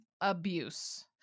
abuse